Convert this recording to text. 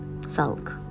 sulk